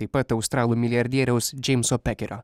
taip pat australų milijardieriaus džeimso pekerio